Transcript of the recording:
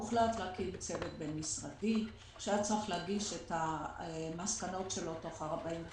הוחלט להקים צוות בין משרדי שהיה צריך להגיש את המסקנות שלו תוך 45 יום.